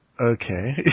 Okay